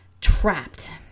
trapped